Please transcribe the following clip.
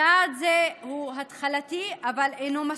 צעד זה הוא התחלתי, אבל אינו מספיק.